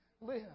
live